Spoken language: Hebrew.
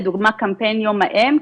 לדוגמה קמפיין יום האם,